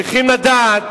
צריך לדעת